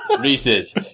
Reese's